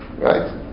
right